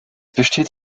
besteht